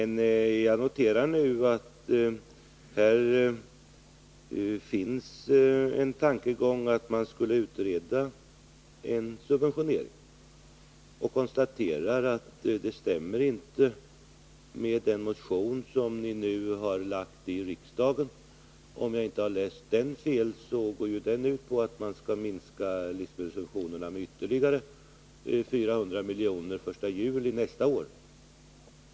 Nu noterar jag att det finns en tankegång här som går ut på att man skulle utreda en subventionering och konstaterar att det inte stämmer med den motion som ni har väckt i riksdagen. Om jag inte läst fel, så går den motionen ut på att man skulle minska livsmedelssubventionerna med ytterligare 400 milj.kr. den 1 juli nästa år.